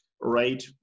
right